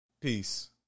Peace